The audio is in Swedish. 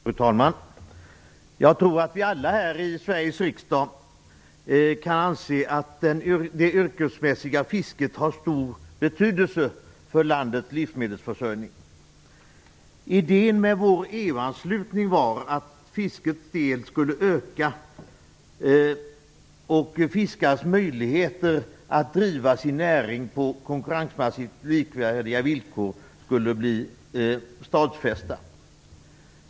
Fru talman! Jag tror att vi alla i Sveriges riksdag kan anse att det yrkesmässiga fisket har stor betydelse för landets livsmedelsförsörjning. Idén med vår EU-anslutning var att fiskets del skulle öka och att våra fiskares möjligheter att driva sin näring på konkurrensmässigt likvärdiga villkor skulle bli stadfästa.